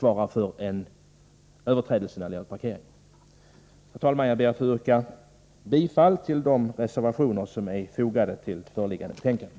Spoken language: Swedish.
Jag ber att få yrka bifall till de reservationer som är fogade till förevarande betänkande.